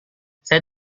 saya